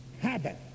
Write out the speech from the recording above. habit